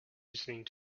listening